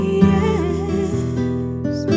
yes